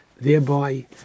thereby